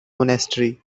monastery